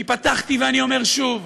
כי פתחתי, ואני אומר שוב,